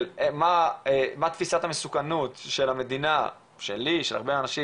של תפיסת המסוכנות של המדינה, שלי ושל הרבה אנשים,